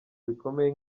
bikomeye